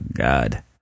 god